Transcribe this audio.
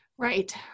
Right